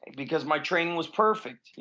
because my training was perfect.